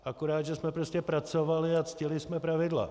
Akorát že jsme pracovali a ctili jsme pravidla.